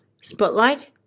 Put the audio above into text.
Spotlight